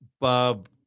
Bob